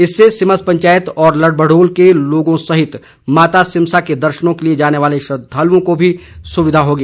इससे सिमस पंचायत और लडभड़ोल के लोगों सहित माता सिमसा के दर्शनों के लिए जाने वाले श्रद्धालुओं को भी सुविधा होगी